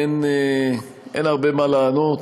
אין הרבה מה לענות,